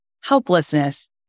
helplessness